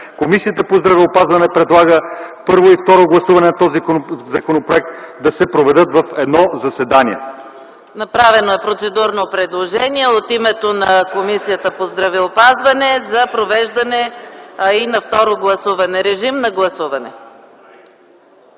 Комисията по здравеопазване предлага първо и второ гласуване на този законопроект да се проведат в едно заседание. ПРЕДСЕДАТЕЛ ЕКАТЕРИНА МИХАЙЛОВА: Направено е процедурно предложение от името на Комисията по здравеопазване за провеждане и на второ гласуване. Режим на гласуване.